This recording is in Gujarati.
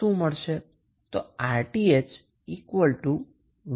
Rth 1Vi0 6